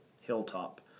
hilltop